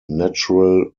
natural